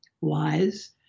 wise